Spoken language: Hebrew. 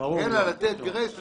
אלא לתת גרייס לשנתיים,